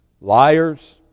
liars